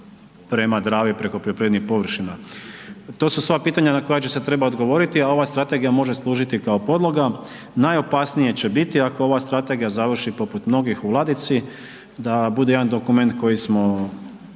prema Dravi preko poljoprivrednih površina. To su sva pitanja na koja će se trebati odgovoriti, a ova Strategija može služiti kao podloga. Najopasnije će biti ako ova Strategija završi poput mnogih u ladici da bude jedan dokument koji smo napravili,